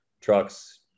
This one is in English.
trucks